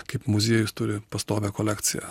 kaip muziejus turi pastovią kolekciją